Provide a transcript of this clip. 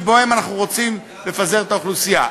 שבהם אנחנו רוצים לפזר את האוכלוסייה.